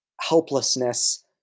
helplessness